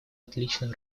отличную